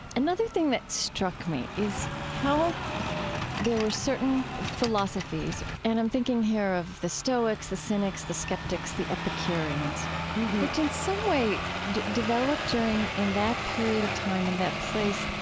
another thing that struck me is how there were certain philosophies and i'm thinking here of the stoics, the cynics, the skeptics, the epicureans which in some way developed during, in that period of time and that place,